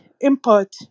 input